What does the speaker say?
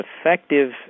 effective